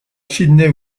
sydney